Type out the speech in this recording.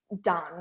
done